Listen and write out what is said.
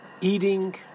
Eating